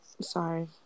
sorry